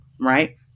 right